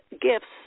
gifts